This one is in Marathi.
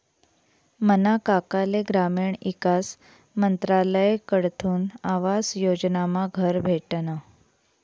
मना काकाले ग्रामीण ईकास मंत्रालयकडथून आवास योजनामा घर भेटनं